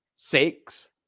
Six